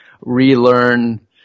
relearn